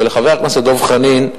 לחבר הכנסת דב חנין,